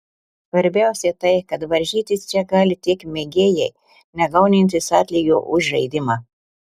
svarbiausia tai kad varžytis čia gali tik mėgėjai negaunantys atlygio už žaidimą